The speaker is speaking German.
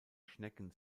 schnecken